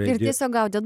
ir tiesiog gaudėt